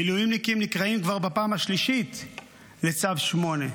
מילואימניקים נקראים כבר בפעם השלישית בצו 8,